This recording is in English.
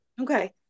Okay